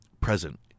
present